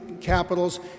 capitals